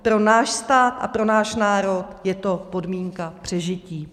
Pro náš stát a pro náš národ je to podmínka přežití.